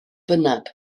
bynnag